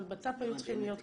אבל בט"פ היו צריכים להיות כאן.